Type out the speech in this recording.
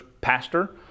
pastor